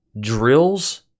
drills